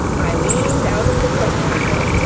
i leaned out of the coach-window,